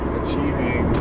achieving